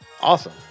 Awesome